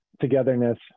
togetherness